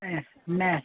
ٲں میتھ